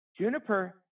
Juniper